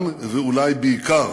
גם ואולי בעיקר